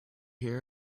hear